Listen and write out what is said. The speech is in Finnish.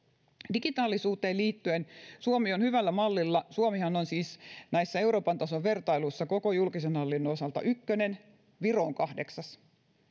digitaalisuuteen liittyen suomi on hyvällä mallilla suomihan on siis näissä euroopan tason vertailuissa koko julkisen hallinnon osalta ykkönen viro on kahdeksas